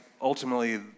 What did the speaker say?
ultimately